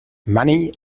money